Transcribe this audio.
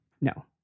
No